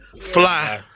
fly